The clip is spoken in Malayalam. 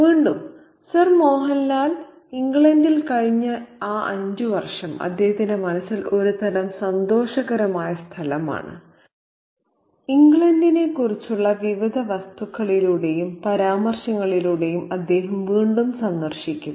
വീണ്ടും സർ മോഹൻലാൽ ഇംഗ്ലണ്ടിൽ കഴിഞ്ഞ ആ അഞ്ച് വർഷം അദ്ദേഹത്തിന്റെ മനസ്സിൽ ഒരുതരം സന്തോഷകരമായ സ്ഥലമാണ് ഇംഗ്ലണ്ടിനെക്കുറിച്ചുള്ള വിവിധ വസ്തുക്കളിലൂടെയും പരാമർശങ്ങളിലൂടെയും അദ്ദേഹം വീണ്ടും സന്ദർശിക്കുന്നു